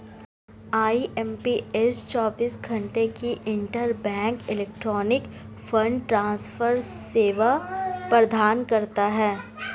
IMPS चौबीस घंटे की इंटरबैंक इलेक्ट्रॉनिक फंड ट्रांसफर सेवा प्रदान करता है